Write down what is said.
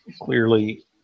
clearly